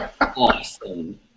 Awesome